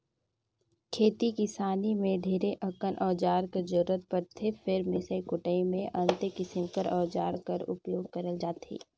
खेती किसानी मे ढेरे अकन अउजार कर जरूरत परथे फेर मिसई कुटई मे अन्ते किसिम कर अउजार कर उपियोग करल जाथे